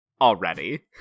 already